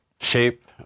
shape